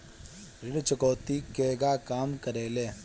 ऋण चुकौती केगा काम करेले?